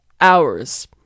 hours